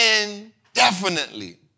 indefinitely